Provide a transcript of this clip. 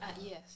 Yes